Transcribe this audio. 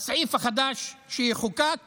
הסעיף החדש שיחוקק